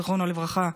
זיכרונו לברכה,